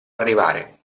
arrivare